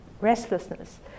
restlessness